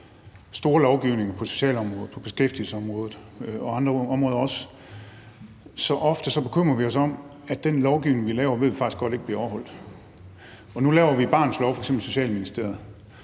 store lovgivninger på socialområdet, på beskæftigelsesområdet og også på andre områder, at vi bekymrer os om, at den lovgivning, vi laver, ved vi faktisk godt ikke bliver overholdt. Nu laver vi f.eks. i Socialministeriet